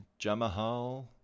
Jamahal